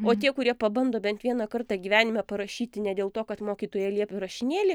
o tie kurie pabando bent vieną kartą gyvenime parašyti ne dėl to kad mokytoja liepė rašinėlį